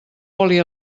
oli